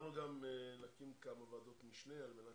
אנחנו גם נקים כמה ועדות משנה על מנת